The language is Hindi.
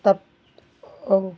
तब और